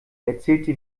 erzählte